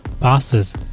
passes